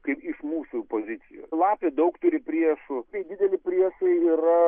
kaip iš mūsų pozicijų lapė daug turi priešų jai dideli priešai yra